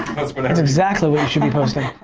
that's but that's exactly what you should be posting.